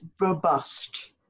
robust